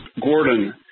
Gordon